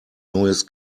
neues